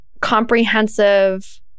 comprehensive